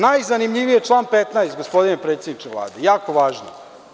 Najzanimljiviji je član 15, gospodine predsedniče Vlade, jako važna.